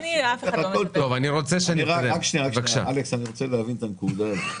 אני רוצה להבין את הנקודה,